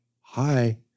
hi